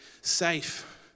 safe